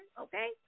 okay